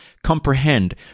comprehend